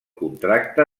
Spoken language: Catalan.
contracte